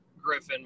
Griffin